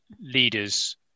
leaders